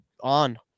on